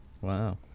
Wow